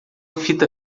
fita